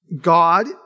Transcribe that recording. God